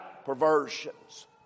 perversions